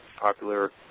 popular